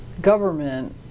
government